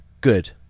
good